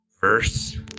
Verse